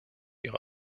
ihre